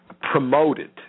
promoted